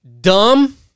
dumb